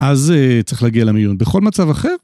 אז צריך להגיע למיון. בכל מצב אחר,